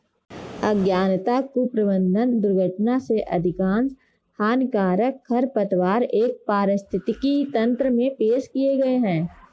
अज्ञानता, कुप्रबंधन, दुर्घटना से अधिकांश हानिकारक खरपतवार एक पारिस्थितिकी तंत्र में पेश किए गए हैं